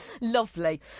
Lovely